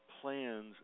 plans